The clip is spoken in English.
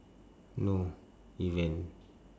no event